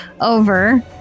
over